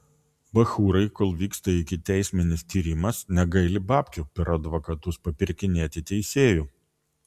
bachūrai kol vyksta ikiteisminis tyrimas negaili babkių per advokatus papirkinėti teisėjų